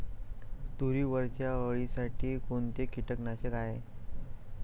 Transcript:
तुरीवरच्या अळीसाठी कोनतं कीटकनाशक हाये?